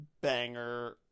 banger